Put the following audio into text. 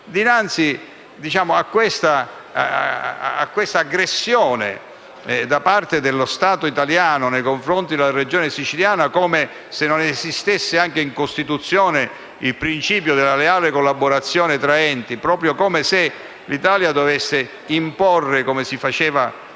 Dinanzi a questa aggressione da parte dello Stato italiano nei confronti della Regione siciliana, come se non esistesse anche in Costituzione il principio della leale collaborazione tra enti, proprio come se l'Italia dovesse imporre, come forse si faceva ai